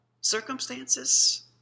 circumstances